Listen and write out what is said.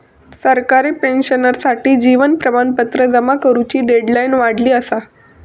सरकारी पेंशनर्ससाठी जीवन प्रमाणपत्र जमा करुची डेडलाईन वाढवली असा